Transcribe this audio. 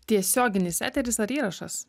tiesioginis eteris ar įrašas